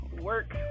work